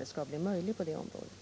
det skall bli möjligt att tillämpa lagen på området.